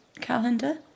calendar